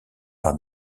par